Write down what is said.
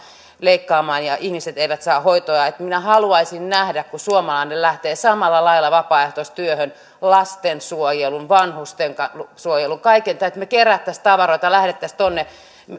leikkaamaan ja ihmiset eivät saa hoitoa minä en haluaisi nähdä sitä kun suomalainen lähtisi samalla lailla kuin muuhun vapaaehtoistyöhön lastensuojeluun vanhustensuojeluun kaikkeen tällaiseen että me keräisimme tavaroita ja lähtisimme sinne